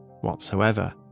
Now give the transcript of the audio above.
whatsoever